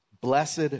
Blessed